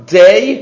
day